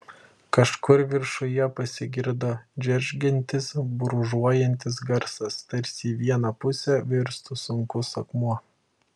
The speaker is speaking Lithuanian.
kažkur viršuje pasigirdo džeržgiantis brūžuojantis garsas tarsi į vieną pusę virstų sunkus akmuo